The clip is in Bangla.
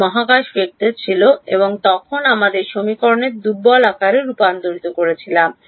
এটি মহাকাশে ভেক্টর ছিল তখন আমরা আমাদের সমীকরণকে দুর্বল আকারে রূপান্তরিত করেছিলাম